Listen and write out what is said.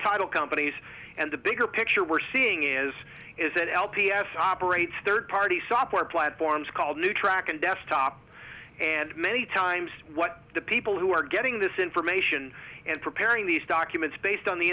title companies and the bigger picture we're seeing is is that l p s operates third party software platforms called new track and desktop and many times what the people who are getting this information and preparing these documents based on the